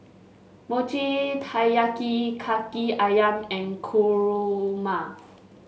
Mochi Taiyaki kaki ayam and kurma